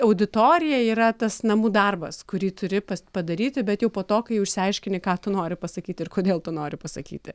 auditorija yra tas namų darbas kurį turi padaryti bet jau po to kai jau išsiaiškini ką tu nori pasakyti ir kodėl tu nori pasakyti